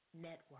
Network